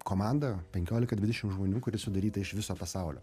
komanda penkiolika dvidešim žmonių kuri sudaryta iš viso pasaulio